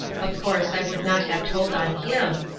of course i would not have told on him,